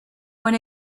when